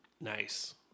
Nice